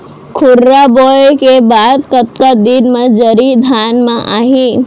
खुर्रा बोए के बाद कतका दिन म जरी धान म आही?